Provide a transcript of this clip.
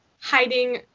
hiding